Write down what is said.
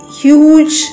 huge